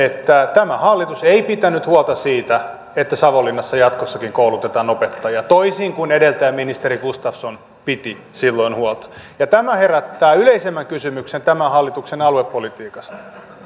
tämä hallitus ei pitänyt huolta siitä että savonlinnassa jatkossakin koulutetaan opettajia toisin kuin edeltäjä ministeri gustafsson piti silloin huolta tämä herättää yleisemmän kysymyksen tämän hallituksen aluepolitiikasta